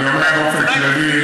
אני אומר באופן כללי,